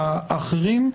האחרים,